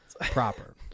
proper